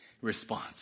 response